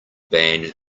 banned